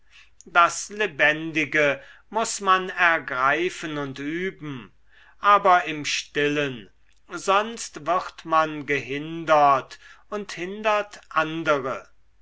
das lebendige muß man ergreifen und üben aber im stillen sonst wird man gehindert und hindert andere